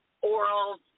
oral